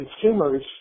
consumers